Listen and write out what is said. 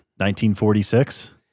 1946